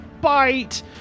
bite